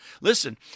Listen